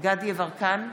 דסטה גדי יברקן,